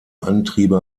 antriebe